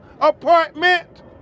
apartment